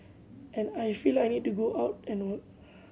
and I feel I need to go out and work